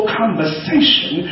conversation